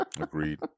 Agreed